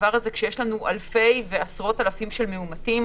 שכשיש לנו אלפי ועשרות אלפים של מאומתים,